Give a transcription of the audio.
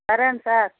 సరే సార్